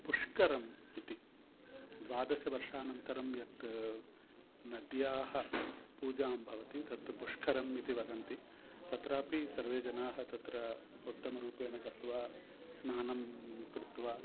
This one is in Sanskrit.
पुष्करम् इति द्वादशवर्षानन्तरं यत् नद्याः पूजा भवति तत् पुष्करम् इति वदन्ति तत्रापि सर्वे जनाः तत्र उत्तमरूपेण गत्वा स्नानं कृत्वा